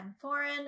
foreign